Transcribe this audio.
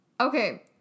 Okay